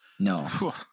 No